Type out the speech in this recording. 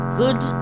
good